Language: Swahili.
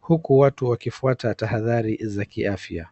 huku watu wakifuata tahadhari za kiafya.